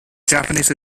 japanese